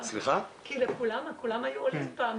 כולם היו עולים פעם,